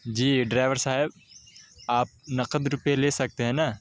جی driver صاحب آپ نقد روپئے لے سکتے ہیں نا